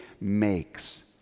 makes